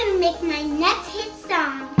make my next hit